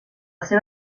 seva